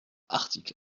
article